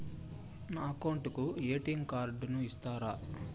నా అకౌంట్ కు ఎ.టి.ఎం కార్డును ఇస్తారా